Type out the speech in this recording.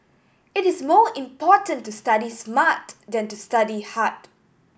it is more important to study smart than to study hard